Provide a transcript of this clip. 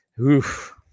Oof